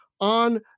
on